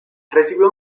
recibió